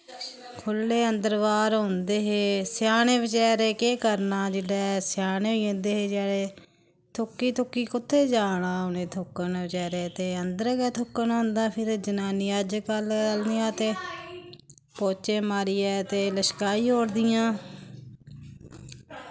खुल्ले अंदर बाहर होंदे हे सेआने बचैरें केह् करना जेल्लै सेआने होई जंदे हे जेह्ड़े थुक्की थुक्की कुत्थें जाना उ'नें थुक्कन बचैरे ते अंदर गै थुक्कना होंदा फिर जनानियां अजकल्ल आह्लियां ते पौह्चे मारियै ते लशकाई ओड़दियां